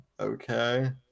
Okay